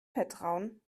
vertrauen